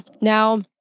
Now